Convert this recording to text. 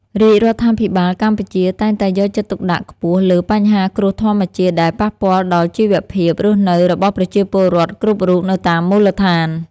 រាជរដ្ឋាភិបាលកម្ពុជាតែងតែយកចិត្តទុកដាក់ខ្ពស់លើបញ្ហាគ្រោះធម្មជាតិដែលប៉ះពាល់ដល់ជីវភាពរស់នៅរបស់ប្រជាពលរដ្ឋគ្រប់រូបនៅតាមមូលដ្ឋាន។